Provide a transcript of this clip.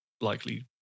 likely